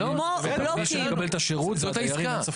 מי שמקבל את השירות הם הדיירים עצמם.